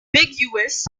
ambiguous